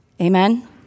Amen